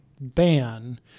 ban